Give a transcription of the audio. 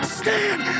stand